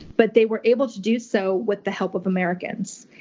but they were able to do so with the help of americans.